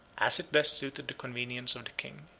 as it best suited the convenience of the king.